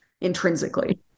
intrinsically